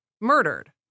murdered